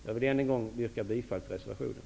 Jag vill än en gång yrka bifall till reservationen.